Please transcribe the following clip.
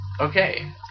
Okay